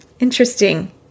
Interesting